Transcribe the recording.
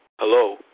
Hello